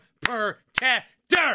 protector